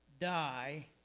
die